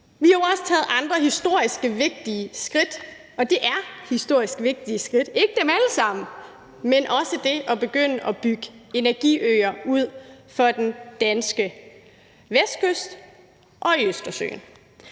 Vi har jo også taget andre historisk vigtige skridt, og det er historisk vigtige skridt. Det er ikke dem alle sammen, men det at begynde at bygge energiøer ud for den danske vestkyst og i Østersøen